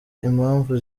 impamvu